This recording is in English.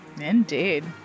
Indeed